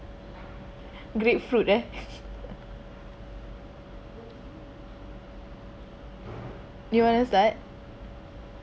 grapefruit ah you want to start